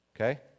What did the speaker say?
Okay